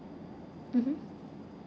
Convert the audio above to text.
mmhmm